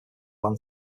land